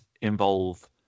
involve